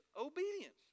obedience